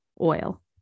oil